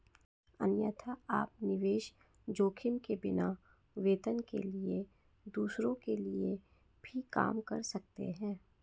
अन्यथा, आप निवेश जोखिम के बिना, वेतन के लिए दूसरों के लिए भी काम कर सकते हैं